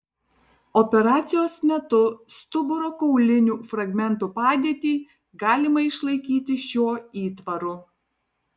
operacijos metu stuburo kaulinių fragmentų padėtį galima išlaikyti šiuo įtvaru